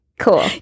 Cool